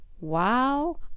wow